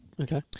Okay